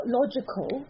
logical